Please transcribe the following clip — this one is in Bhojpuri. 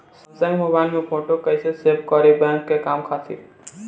सैमसंग मोबाइल में फोटो कैसे सेभ करीं बैंक के काम खातिर?